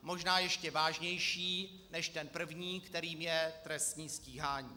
Možná ještě vážnější než ten první, kterým je trestní stíhání.